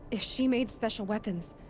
if she made special weapons.